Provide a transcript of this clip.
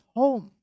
home